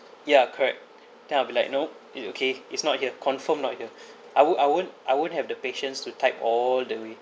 ya correct then I'll be like you know it okay it's not here confirm not here I won't I won't I won't have the patience to type all the way